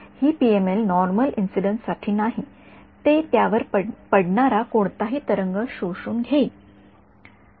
ही PML normal incidence साठी नाही हे त्यावर पडणारा कोणताही तरंग शोषून घेईल